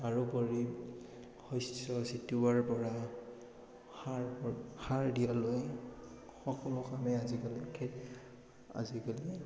তাৰোপৰি শস্য চিটিওৱাৰ পৰা সাৰ সাৰ দিয়ালৈ সকলো কামেই আজিকালি খে আজিকালি